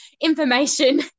information